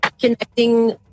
connecting